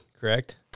correct